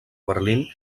berlín